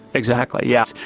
exactly, yes,